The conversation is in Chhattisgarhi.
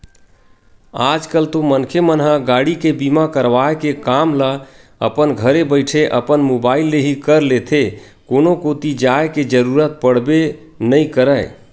आज कल तो मनखे मन ह गाड़ी के बीमा करवाय के काम ल अपन घरे बइठे अपन मुबाइल ले ही कर लेथे कोनो कोती जाय के जरुरत पड़बे नइ करय